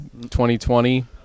2020